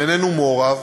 איננו מעורב,